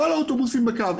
כל האוטובוסים בקו,